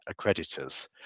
accreditors